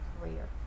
career